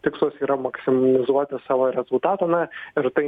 tikslas yra maksimizuoti savo rezultatą na ir tai